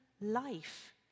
life